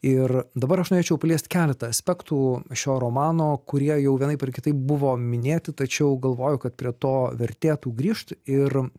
ir dabar aš norėčiau paliest keletą aspektų šio romano kurie jau vienaip ar kitaip buvo minėti tačiau galvoju kad prie to vertėtų grįžt ir